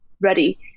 ready